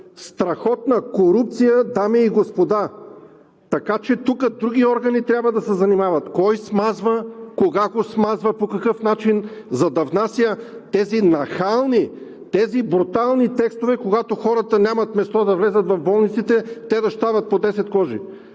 страхотна корупция, дами и господа! Така че тук други органи трябва да се занимават – кой смазва, кога го смазва, по какъв начин, за да внася тези нахални, тези брутални текстове?! Когато хората нямат място да влязат в болниците, те да щавят по десет кожи!